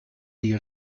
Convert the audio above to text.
die